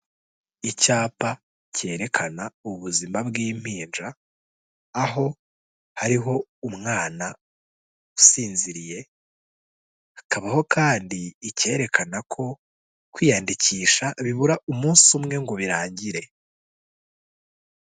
Icyapa cyerekana ubuzima bw'impinja, aho hariho umwana usinziriye hakabaho kandi icyerekana ko kwiyandikisha bibura umunsi umwe ngo birangire.